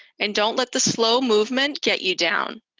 and don't let the slow movement get you down.